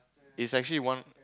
it's actually one